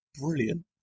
brilliant